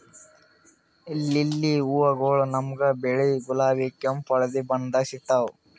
lily ಹೂವಗೊಳ್ ನಮ್ಗ್ ಬಿಳಿ, ಗುಲಾಬಿ, ಕೆಂಪ್, ಹಳದಿ ಬಣ್ಣದಾಗ್ ಸಿಗ್ತಾವ್